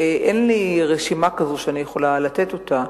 אין לי רשימה כזאת שאני יכולה לתת אותה.